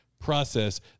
process